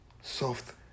soft